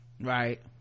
Right